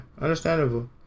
understandable